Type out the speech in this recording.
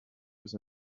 was